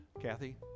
Kathy